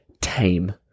tame